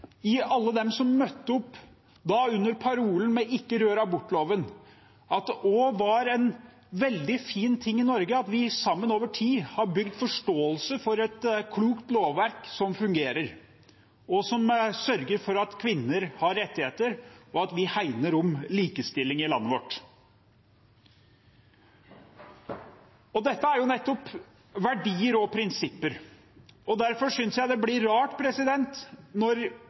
i alle dem som møtte opp – under parolen «Ikke rør abortloven!» – at det også er en veldig fin ting i Norge at vi sammen, over tid, har bygd forståelse for et klokt lovverk som fungerer, og som sørger for at kvinner har rettigheter, og at vi hegner om likestilling i landet vårt. Dette er nettopp verdier og prinsipper, og derfor synes jeg det blir rart når